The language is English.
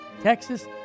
Texas